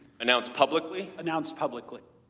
announced publicly? announced publicly.